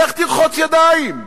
לך תרחץ ידיים.